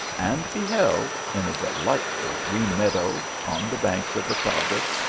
and beheld, in a delightful green meadow on the banks of the tagus,